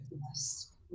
yes